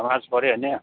नमाज पढ्यो होइन